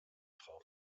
frau